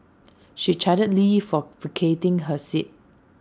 she chided lee for vacating her seat